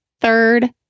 third